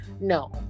no